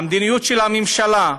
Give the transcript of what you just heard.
המדיניות של הממשלה,